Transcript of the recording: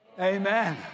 amen